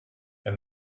and